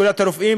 את פקודת הרופאים.